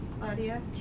Claudia